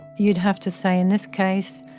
you'd have to say in this case,